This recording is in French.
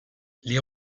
les